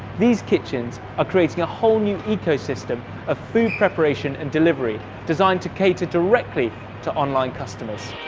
these kitchens are creating a whole new ecosystem of food preparation and delivery designed to cater directly to online customers.